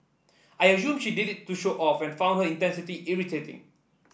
I assumed she did it to show off and found her irritating